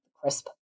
Crisp